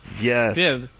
yes